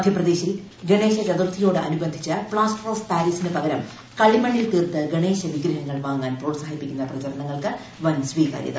മദ്ധ്യപ്രദേശിൽ ഗണേശ് ചതുർത്ഥിയോട് അനുബന്ദിച്ച് plaster of പാരീസിന് പകരം കളിമണ്ണിൽ തീർത്ത് ഗണേശ വിഗ്രഹങ്ങൾ വാങ്ങാൻ പ്രോൽസാഹിപ്പിക്കുന്ന പ്രചാരണങ്ങൾക്ക് വൻ സ്വീകാര്യത